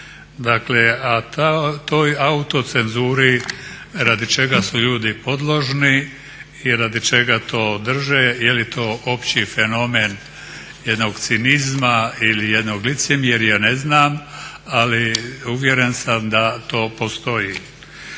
Dakle a toj autocenzuri radi čega su ljudi podložni i radi čega to drže, je li to opći fenomen jednog cinizma ili jednog licemjerja ne znam, ali uvjeren sam da to postoji.